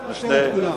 תקשיב,